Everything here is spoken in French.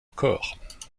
corps